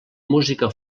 música